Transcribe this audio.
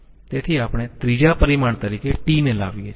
તેથી આપણે ત્રીજા પરિમાણ તરીકે t ને લાવીયે છીએ